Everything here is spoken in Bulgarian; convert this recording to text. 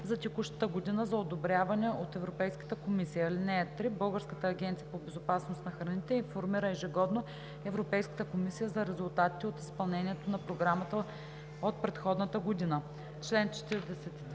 за текущата година за одобряване от Европейската комисия. (3) Българската агенция по безопасност на храните информира ежегодно Европейската комисия за резултатите от изпълнението на програмата от предходната година.“